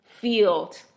field